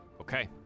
Okay